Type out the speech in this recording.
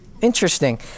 interesting